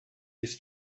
his